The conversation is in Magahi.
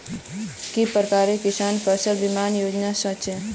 के प्रकार किसान फसल बीमा योजना सोचें?